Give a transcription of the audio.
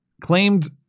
claimed